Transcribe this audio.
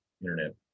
internet